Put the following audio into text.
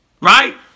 Right